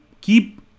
keep